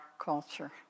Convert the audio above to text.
culture